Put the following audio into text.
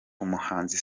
umuhanzi